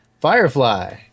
Firefly